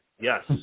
Yes